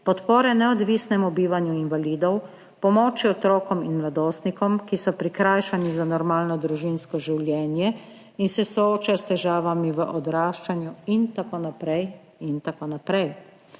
podpore neodvisnemu bivanju invalidov, pomoči otrokom in mladostnikom, ki so prikrajšani za normalno družinsko življenje in se soočajo s težavami v odraščanju in tako naprej. Največji